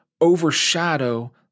overshadow